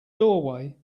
doorway